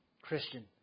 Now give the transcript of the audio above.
Christian